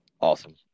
Awesome